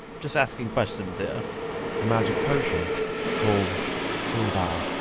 just asking questions here it's a magic potion called so'da